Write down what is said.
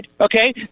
okay